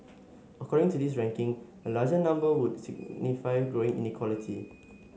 according to this ranking a larger number would signify growing inequality